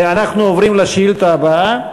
אנחנו עוברים לשאילתה הבאה: